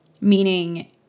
Meaning